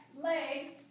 leg